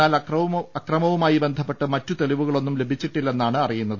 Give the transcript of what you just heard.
എന്നാൽ അക്രമവുമായി ബന്ധപ്പെട്ട് മറ്റ് തെളിവുക ളൊന്നും ലഭിച്ചിട്ടില്ലെന്നാണ് അറിയുന്നത്